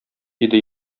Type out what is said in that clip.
иде